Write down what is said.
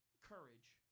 courage